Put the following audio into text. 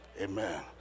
Amen